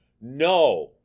No